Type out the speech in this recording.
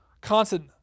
constant